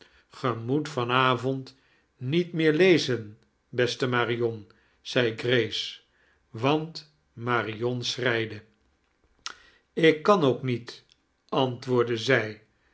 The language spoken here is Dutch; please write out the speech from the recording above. moet van avond niet me'er lezen beste marion zei grace want marion schreide ik kan ook niet antwoordde zij